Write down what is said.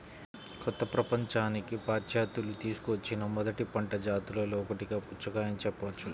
కొత్త ప్రపంచానికి పాశ్చాత్యులు తీసుకువచ్చిన మొదటి పంట జాతులలో ఒకటిగా పుచ్చకాయను చెప్పవచ్చు